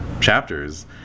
chapters